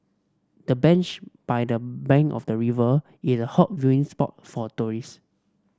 the bench by the bank of the river is a hot viewing spot for tourist